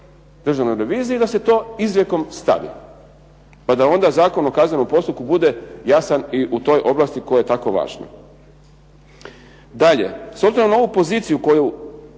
Državnoj reviziji i da se to izrijekom stavi pa da onda Zakon o kaznenom postupku bude jasan i u toj oblasti koja je tako važna. Dalje, s obzirom na ovu poziciju koju